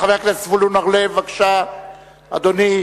חבר הכנסת זבולון אורלב, בבקשה, אדוני.